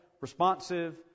responsive